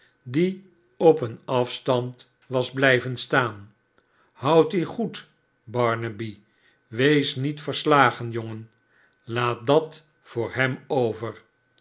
die op een afstand was blijven staan houd u goed barnaby wees niet verslagen jongen laat dat voor hem over